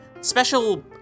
special